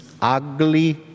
ugly